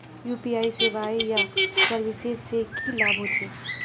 UPI सेवाएँ या services से की लाभ होचे?